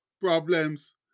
problems